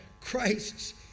Christ's